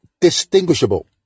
distinguishable